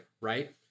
right